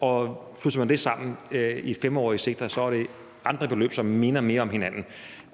og plusser man det i 5-årige sigter, er det andre beløb, som minder mere om hinanden.